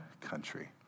country